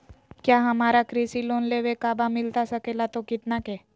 क्या हमारा कृषि लोन लेवे का बा मिलता सके ला तो कितना के?